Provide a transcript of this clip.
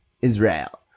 Israel